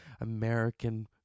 American